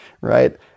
right